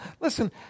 listen